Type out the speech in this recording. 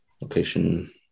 location